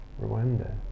Rwanda